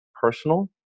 personal